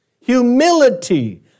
humility